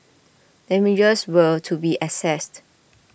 damages were to be assessed